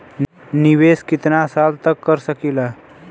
निवेश कितना साल तक कर सकीला?